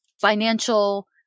financial